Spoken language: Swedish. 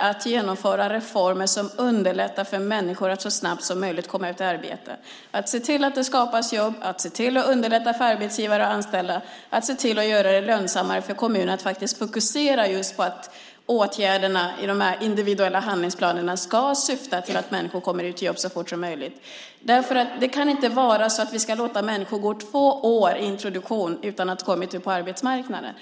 att genomföra reformer som underlättar för människor att så snabbt som möjligt komma ut i arbete: att se till att det skapas jobb, att se till att underlätta för arbetsgivare att anställa och att se till att göra det lönsammare för kommuner att faktiskt fokusera just på att åtgärderna i de individuella handlingsplanerna ska syfta till att människor kommer ut i jobb så fort som möjligt. Det kan inte vara så att vi ska låta människor gå två år i introduktion utan att ha kommit ut på arbetsmarknaden.